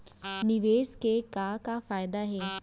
निवेश के का का फयादा हे?